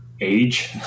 age